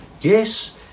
yes